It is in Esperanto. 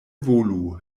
volu